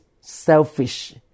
selfish